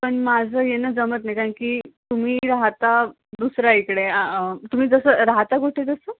पण माझं येणं जमत नाही कारण की तुम्ही राहता दुसरीइकडे तुम्ही जसं राहता कुठे जसं